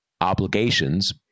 obligations